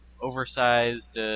oversized